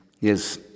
Yes